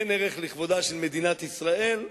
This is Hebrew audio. אין ערך לכבודה של מדינת ישראל?